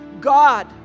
God